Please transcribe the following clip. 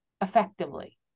effectively